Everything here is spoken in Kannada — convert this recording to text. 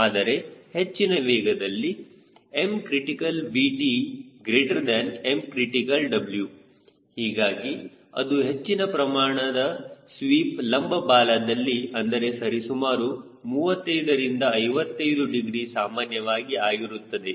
ಆದರೆ ಹೆಚ್ಚಿನ ವೇಗದಲ್ಲಿ McrVTMcrw ಹೀಗಾಗಿ ಅದು ಹೆಚ್ಚಿನ ಪ್ರಮಾಣದ ಸ್ವೀಪ್ ಲಂಬ ಬಾಲದಲ್ಲಿ ಅಂದರೆ ಸರಿಸುಮಾರು 35ರಿಂದ 55 ಡಿಗ್ರಿ ಸಾಮಾನ್ಯವಾಗಿ ಆಗಿರುತ್ತದೆ